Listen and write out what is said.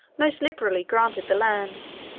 most liberally granted the lands,